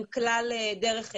דרך מנה"ר,